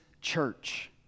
church